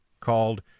called